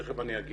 תכף אני אומר